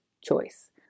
choice